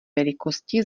velikosti